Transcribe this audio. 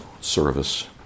service